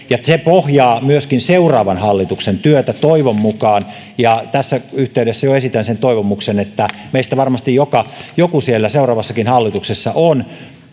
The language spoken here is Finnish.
se pohjaa myöskin seuraavan hallituksen työtä toivon mukaan tässä yhteydessä esitän jo sen toivomuksen että kun meistä varmasti joku siellä seuraavassakin hallituksessa on